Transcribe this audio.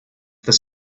this